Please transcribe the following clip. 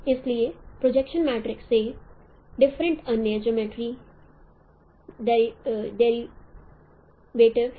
इसलिए projection matrix से different अन्य जियोमर्ट्री डेरिवेटिव्स हैं